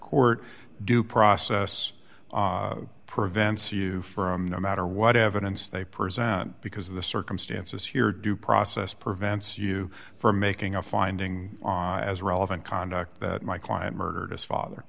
court due process prevents you from no matter what evidence they present because the circumstances here due process prevents you from making a finding as relevant conduct that my client murdered his father